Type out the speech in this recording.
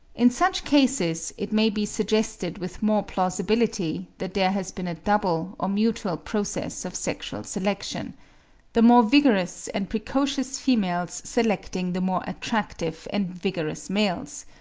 in such cases it may be suggested with more plausibility, that there has been a double or mutual process of sexual selection the more vigorous and precocious females selecting the more attractive and vigorous males,